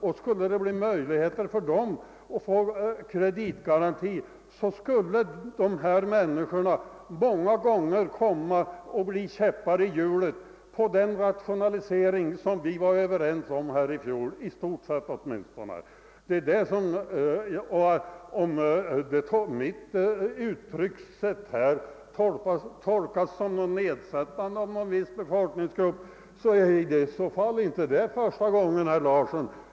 Men skulle det bli möjligt för dem att få kreditgaranti, så skulle dessa människor många gånger komma att bli käppar i hjulet på den rationalisering som vi var överens om här i fjol, i stort sett åtminstone. Om mitt uttryckssätt tolkas som något nedsättande om någon viss befolkningsgrupp, så är det i så fall inte första gången, herr Larsson.